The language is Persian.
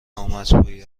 نامطبوعی